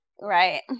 right